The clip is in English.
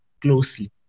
closely